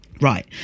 Right